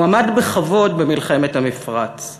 הוא עמד בכבוד במלחמת המפרץ,